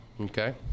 Okay